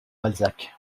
balzac